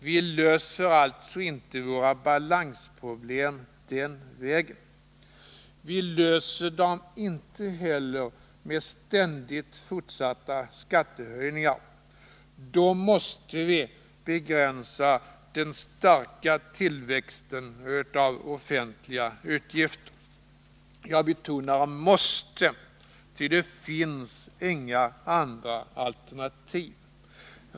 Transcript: Vi löser alltså inte våra balansproblem den vägen. Vi löser dem inte heller med ständigt fortsatta skattehöjningar. Då måste vi begränsa den starka tillväxten av de offentliga utgifterna. Jag betonar måste, ty det finns inga andra alternativ.